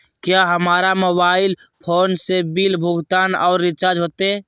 क्या हमारा mobile phone से बिल भुगतान और रिचार्ज होते?